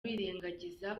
birengagiza